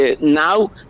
now